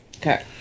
Okay